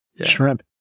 shrimp